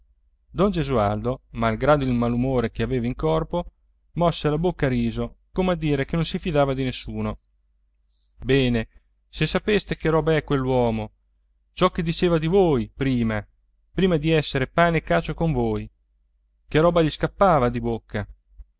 don gesualdo malgrado il malumore che aveva in corpo mosse la bocca a riso come a dire che non si fidava di nessuno bene se sapeste che roba è quell'uomo ciò che diceva di voi prima prima di essere pane e cacio con voi che roba gli scappava di bocca